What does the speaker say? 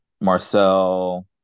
Marcel